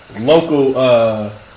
local